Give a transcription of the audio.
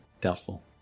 Doubtful